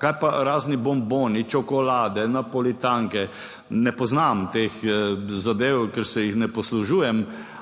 kaj pa razni bomboni, čokolade, napolitanke, ne poznam teh zadev, ker se jih ne poslužujem,